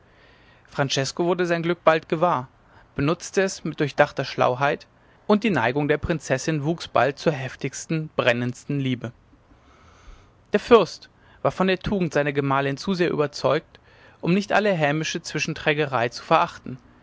francesko wurde sein glück bald gewahr benutzte es mit durchdachter schlauheit und die neigung der prinzessin wuchs bald zur heftigsten brennendsten liebe der fürst war von der tugend seiner gemahlin zu sehr überzeugt um nicht alle hämische zwischenträgerei zu verachten